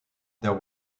there